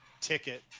ticket